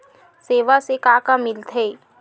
सेवा से का का मिलथे?